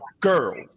girl